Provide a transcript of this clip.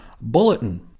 Bulletin